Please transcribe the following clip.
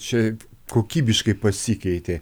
šiaip kokybiškai pasikeitė